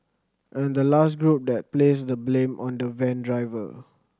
and the last group that placed the blame on the van driver